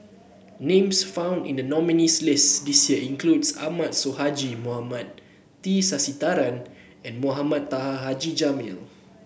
names found in the nominees' list this year include Ahmad Sonhadji Mohamad T Sasitharan and Mohamed Taha Haji Jamil